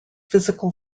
physical